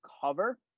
cover